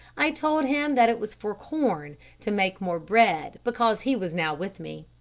i told him that it was for corn to make more bread because he was now with me.